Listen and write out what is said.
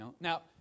Now